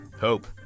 hope